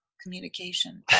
communication